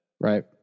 Right